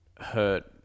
hurt